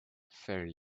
fair